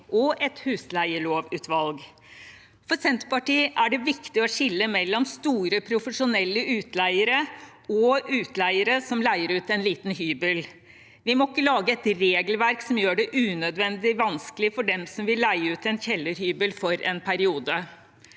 og et husleielovutvalg. For Senterpartiet er det viktig å skille mellom store profesjonelle utleiere og utleiere som leier ut en liten hybel. Vi må ikke lage et regelverk som gjør det unødvendig vanskelig for dem som vil leie ut en kjellerhybel for en periode.